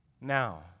Now